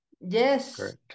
Yes